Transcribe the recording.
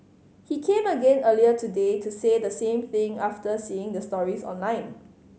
he came again earlier today to say the same thing after seeing the stories online